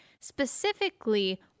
specifically